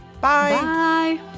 Bye